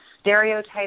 stereotypes